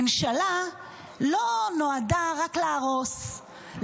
ממשלה לא נועדה רק להרוס,